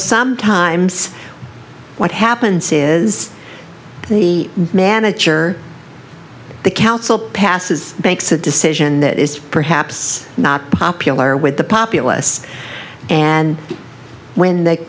sometimes what happens is the manager the council passes makes a decision that is perhaps not popular with the populace and when the